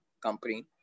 company